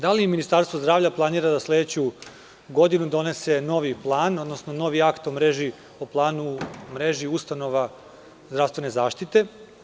Da li Ministarstvo zdravlja planira da za sledeću godinu donese novi plan, odnosno novi akt o planu mreže ustanova zdravstvene zaštite?